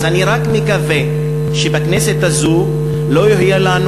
אז אני רק מקווה שבכנסת הזו לא יהיו לנו